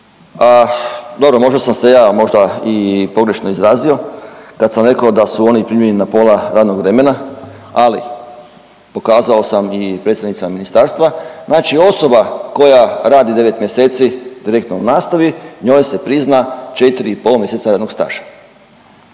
Dobro možda sam se ja možda i pogrešno izrazio kad sam rekao da su oni primjeni na pola radnog vremena, ali pokazao sam i predstavnica ministarstva, znači osoba koja radi 9 mjeseci direktno u nastavi njoj se prizna 4,5 mjeseca radnog staža.